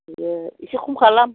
ए एसे खम खालाम